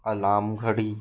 alarm घड़ी